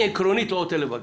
אני עקרונית לא עותר לבג"ץ.